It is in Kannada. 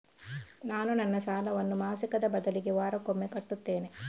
ನಾನು ನನ್ನ ಸಾಲವನ್ನು ಮಾಸಿಕದ ಬದಲಿಗೆ ವಾರಕ್ಕೊಮ್ಮೆ ಕಟ್ಟುತ್ತೇನೆ